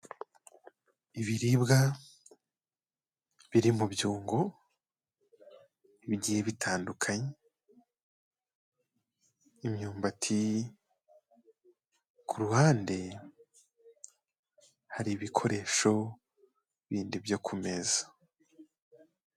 Ibiribwa biri mu byongo bigiye bitandukaye, imyumbati ku ruhande hari ibikoresho bindi byo ku meza.